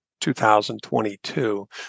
2022